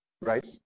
right